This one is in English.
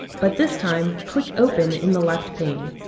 but this time, click open in the left pane.